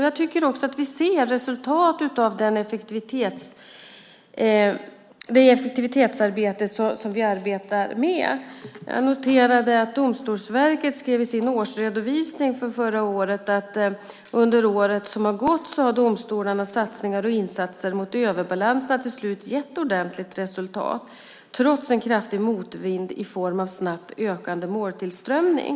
Jag tycker också att vi ser resultat av vårt effektivitetsarbete. Jag har noterat att Domstolsverket i sin årsredovisning för förra året skriver: Under året som har gått har domstolarnas satsningar och insatser mot överbalanserna till slut gett ordentligt resultat trots en kraftig motvind i form av snabbt ökande måltillströmning.